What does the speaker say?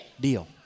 deal